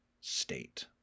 state